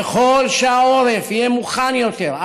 ככל שהעורף יהיה מוכן יותר,